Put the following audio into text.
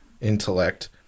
intellect